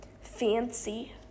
fancy